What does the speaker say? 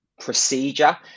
procedure